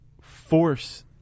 force